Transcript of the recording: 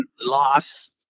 loss